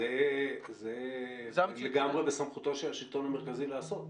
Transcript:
זה לגמרי בסמכותו של השלטון המרכזי לעשות.